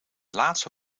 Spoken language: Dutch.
laatste